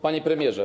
Panie Premierze!